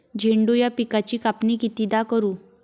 झेंडू या पिकाची कापनी कितीदा करू?